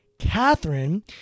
Catherine